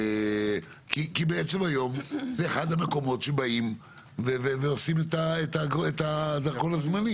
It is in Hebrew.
כי היום זה אחד המקומות שבאים ועושים את הדרכון הזמני.